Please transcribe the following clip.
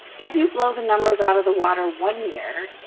if you blow the numbers out of the water one year,